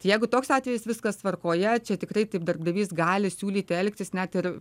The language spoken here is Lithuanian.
tai jeigu toks atvejis viskas tvarkoje čia tiktai taip darbdavys gali siūlyti elgtis net ir